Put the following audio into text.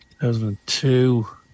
2002